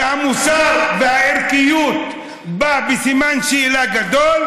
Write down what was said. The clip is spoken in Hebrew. שבה המוסר והערכיות בסימן שאלה גדול,